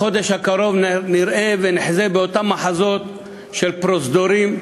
בחודש הקרוב נראה ונחזה באותם מחזות של פרוזדורים,